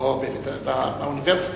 לא, באוניברסיטה.